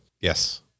Yes